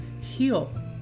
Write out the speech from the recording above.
heal